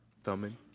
Thumbing